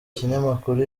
kinyamakuru